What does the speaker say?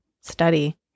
study